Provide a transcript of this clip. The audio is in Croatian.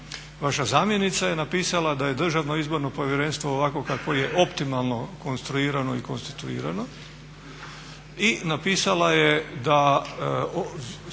Vaša zamjenica je napisala da je DIP ovako kako je optimalno konstruirano i konstituirano i napisala je da